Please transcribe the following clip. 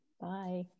bye